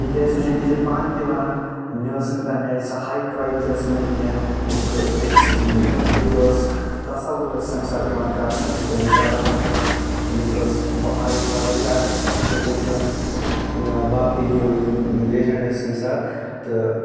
تِکیٛازِ سُہ چھ أکِس جایہِ پانہٕ تہِ ونان مےٚ ٲسۍ نہٕ تمہِ آیہِ سۄ ہایٹ وایٹ تہِ ٲسۍ نہٕ مےٚ کینٛہہ یِتھ کٔنۍ أکِس ہیٖرو وس تصور ٲس تمہِ ساتہٕ یِوان کرنہٕ یِتھ کٔنۍ امتاب بچن اوس تٔمِس ٲسۍ ہایٹ واریاہ زیادٕ یِتھٕے کٔنۍ باقٕے ہیٖرو یِم لیجنٛڈ ٲسۍ تمہِ ساتہٕ تہٕ